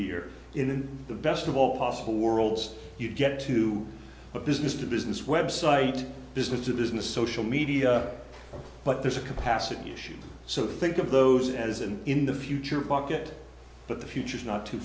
here in the best of all possible worlds you get to but business to business website business to business social media but there's a capacity issue so think of those as and in the future bucket but the future is not too